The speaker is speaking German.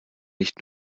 nicht